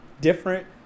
different